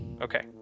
Okay